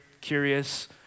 curious